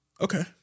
Okay